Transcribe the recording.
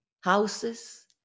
houses